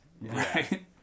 right